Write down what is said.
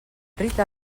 rita